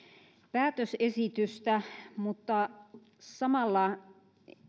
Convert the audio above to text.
päätösesitystä mutta samalla